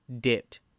dipped